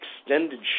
extended